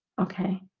okay,